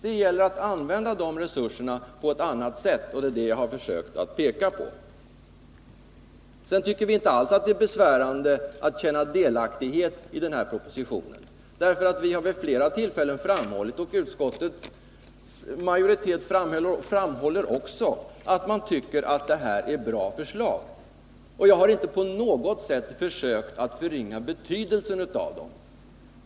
Det gäller att använda de resurserna på ett annat sätt än man hittills gjort, och det har jag försökt peka på. Vi tycker inte alls att det är besvärande att känna delaktighet i denna proposition. Vi har vid flera tillfällen framhållit — och detsamma framhåller utskottets majoritet — att det här är bra förslag. Jag har inte på något sätt försökt förringa betydelsen av dem.